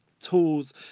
tools